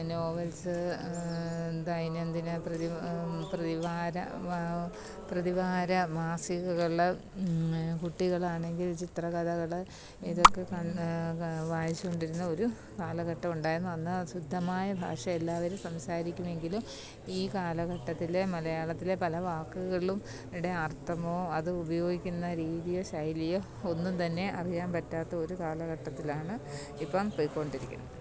novels ദൈനംദിന പ്രതിവാര പ്രതിവാര പ്രതിവാര മാസികകൾ കുട്ടികളാണെങ്കിൽ ചിത്രകഥകൾ ഇതൊക്കെ വായിച്ചു കൊണ്ടിരുന്ന ഒരു കാലഘട്ടം ഉണ്ടായിരുന്നു അന്ന് ശുദ്ധമായ ഭാഷ എല്ലാവരും സംസാരിക്കുമെങ്കിലും ഈ കാലഘട്ടത്തിലേ മലയാളത്തിലെ പല വാക്കുകളും ഇവിടെ അർത്ഥമോ അത് ഉപയോഗിക്കുന്ന രീതിയോ ശൈലിയോ ഒന്നും തന്നെ അറിയാൻ പറ്റാത്ത ഒരു കാലഘട്ടത്തിലാണ് ഇപ്പം പോയിക്കൊണ്ടിരിക്കുന്നത്